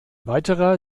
weiterer